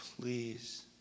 please